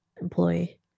employee